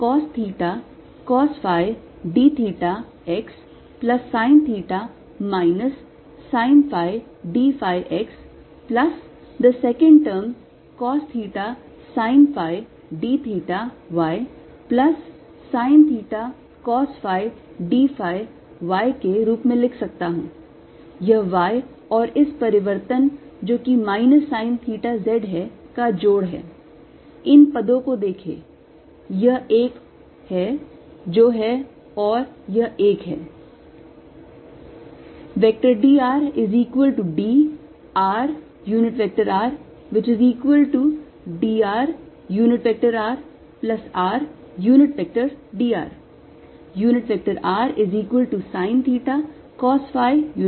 इसलिए dr इकाई सदिश को मैं cos theta cos phi d theta x plus sine theta minus sine phi d phi x plus the second term cos theta sine phi d theta y plus sine theta cos phi d phi y के रूप में लिख सकता हूं